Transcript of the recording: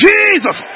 Jesus